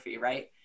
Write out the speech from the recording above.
right